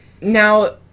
Now